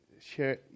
share